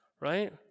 right